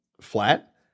flat